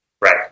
Right